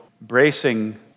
bracing